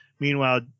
Meanwhile